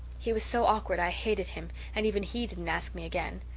he was so awkward i hated him and even he didn't ask me again.